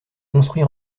construit